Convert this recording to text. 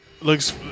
looks